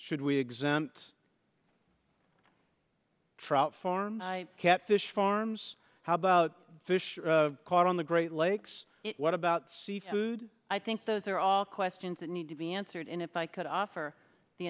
should we exempt trout farm catfish farms how about fish caught on the great lakes what about seafood i think those are all questions that need to be answered and if i could offer the